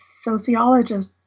sociologist